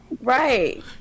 right